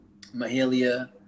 Mahalia